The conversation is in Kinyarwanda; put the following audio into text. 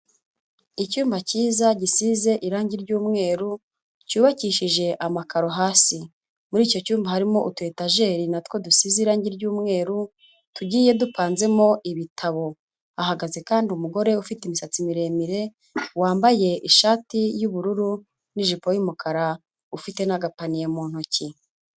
Icyumba cyiza gisize irangi ry'umweru, cyubakishije amakaro hasi, muri icyo cyumba harimo uturetajeri na two dusize irangi ry'umweru, tugiye dupanzemo ibitabo, hahagaze kandi umugore ufite imisatsi miremire, wambaye ishati y'ubururu n'ijipo y'umukara ufite n'agapaniye mu ntoki.